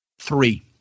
three